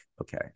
okay